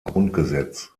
grundgesetz